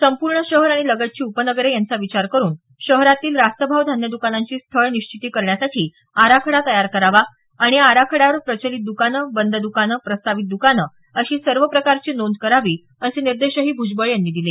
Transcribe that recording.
संपूर्ण शहर आणि लगतची उपनगरे यांचा विचार करुन शहरातील रास्त भाव धान्य दकानांची स्थळ निश्चिती करण्यासाठी आराखडा तयार करावा आणि या आराखड्यावर प्रचलित दुकानं बंद दुकाने प्रस्तावित दुकाने अशी सर्व प्रकारची नोंद करावी असे निर्देशही भुजबळ यांनी यावेळी दिले